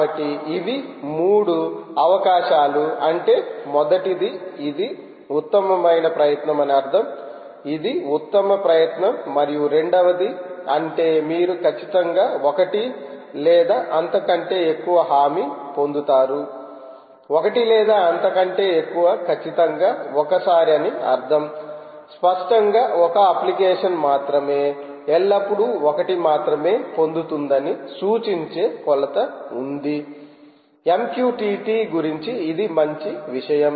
కాబట్టి ఇవి మూడు అవకాశాలు అంటే మొదటిది ఇది ఉత్తమమైన ప్రయత్నం అని అర్ధం ఇది ఉత్తమ ప్రయత్నం మరియు రెండవది అంటే మీరు ఖచ్చితంగా ఒకటి లేదా అంతకంటే ఎక్కువ హామీ పొందుతారు ఒకటి లేదా అంతకంటే ఎక్కువ ఖచ్చితంగా ఒకసారి అని అర్థం స్పష్టంగా ఒక అప్లికేషన్ మాత్రమే ఎల్లప్పుడూ 1 మాత్రమే పొందుతుందని సూచించే కొలత ఉంది MQTT గురించి ఇది మంచి విషయం